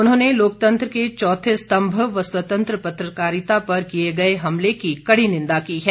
उन्होंने लोकतंत्र के चौथे स्तम्भ व स्वतंत्र पत्रकारिता पर किए इस हमले की कड़ी निंदा की है